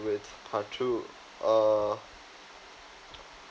with part two uh